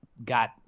got